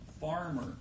farmer